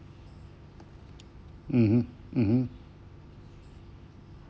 mmhmm mmhmm